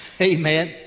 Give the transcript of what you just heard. Amen